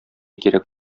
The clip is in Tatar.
кирәк